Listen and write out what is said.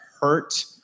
hurt